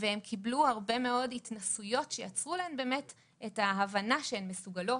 והן קיבלו הרבה מאוד התנסויות שיצרו להן באמת את ההבנה שהן מסוגלות,